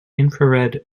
infrared